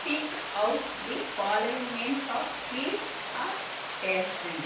speak out the following names of sweets or pastry